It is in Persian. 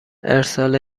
ارسال